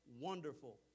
Wonderful